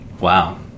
Wow